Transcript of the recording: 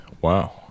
Wow